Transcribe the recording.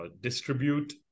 distribute